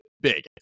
big